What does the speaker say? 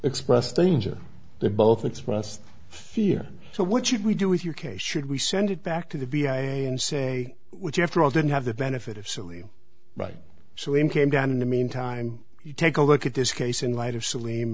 expressed danger they both expressed fear so what should we do with your case should we send it back to the b i and say which after all didn't have the benefit of silly right so in came down in the mean time you take a look at this case in light of sale